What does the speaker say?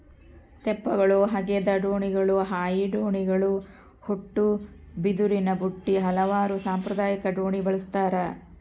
ತೆಪ್ಪಗಳು ಹಗೆದ ದೋಣಿಗಳು ಹಾಯಿ ದೋಣಿಗಳು ಉಟ್ಟುಬಿದಿರಿನಬುಟ್ಟಿ ಹಲವಾರು ಸಾಂಪ್ರದಾಯಿಕ ದೋಣಿ ಬಳಸ್ತಾರ